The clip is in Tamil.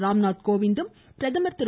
ராம்நாத் கோவிந்தும் பிரதமர் திரு